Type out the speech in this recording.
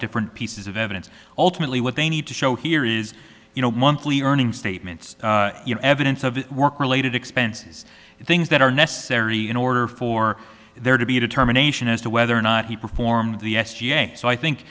different pieces of evidence ultimately what they need to show here is you know monthly earning statements you know evidence of work related expenses and things that are necessary in order for there to be a determination as to whether or not he performed the s g so i think